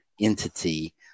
entity